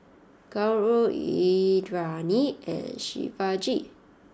Gauri Indranee and Shivaji